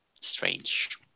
strange